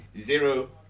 zero